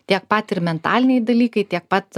tiek pat ir mentaliniai dalykai tiek pat